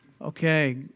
Okay